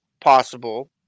possible